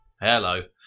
Hello